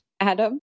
Adam